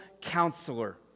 counselor